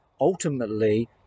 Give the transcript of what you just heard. ultimately